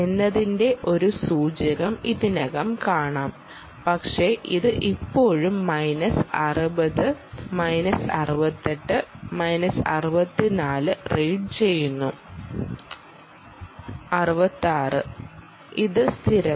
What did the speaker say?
എന്നതിന്റെ ഒരു സൂചകം ഇതിനകം കാണാം പക്ഷേ അത് ഇപ്പോഴും മൈനസ് 60 മൈനസ് 68 മൈനസ് 64 റീഡ് ചെയ്യുന്നു 66 ഇത് സ്ഥിരമല്ല